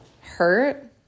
hurt